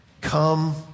come